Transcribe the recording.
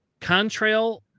Contrail